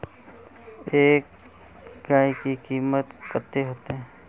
एक गाय के कीमत कते होते?